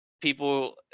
people